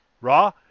Raw